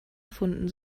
erfunden